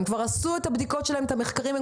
הם כבר עשו את הבדיקות ואת המחקרים שלהם,